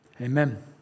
Amen